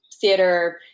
theater